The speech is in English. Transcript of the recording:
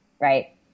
right